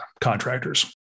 contractors